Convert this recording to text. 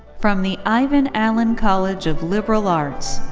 from the ivan allen college of liberal arts,